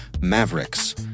Mavericks